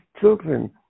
children